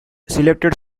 selected